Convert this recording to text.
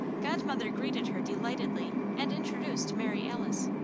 godmother greeted her delightedly and introduced mary alice.